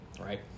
right